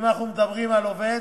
אם אנחנו מדברים על עובד,